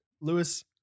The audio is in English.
Lewis